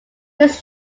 his